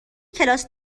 کلاس